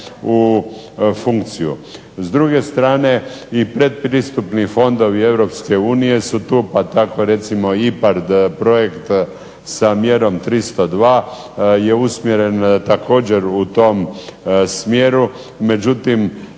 u funkciju. S druge strane, i pretpristupni fondovi Europske unije su tu pa tako recimo IPARD, projekt sa mjerom 302 je usmjeren također u tom smjeru. Međutim,